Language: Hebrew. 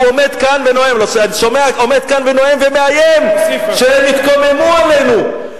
הוא עומד כאן ונואם ומאיים שהם יתקוממו עלינו.